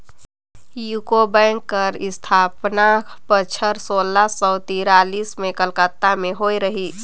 UCO bank कर असथापना बछर सोला सव तिरालिस में कलकत्ता में होए रहिस